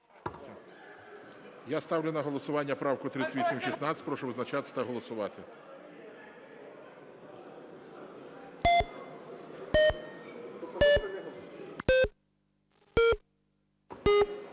Ставлю на голосування правку 3847. Прошу визначатись та голосувати.